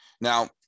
now